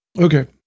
Okay